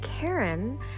Karen